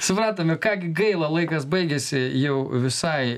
supratome ką gi gaila laikas baigėsi jau visai